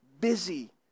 busy